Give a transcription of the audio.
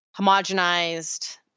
homogenized